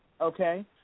okay